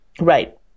Right